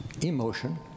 emotion